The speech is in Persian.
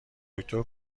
دکتر